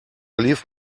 leave